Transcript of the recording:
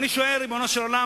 אני שואל: ריבונו של עולם,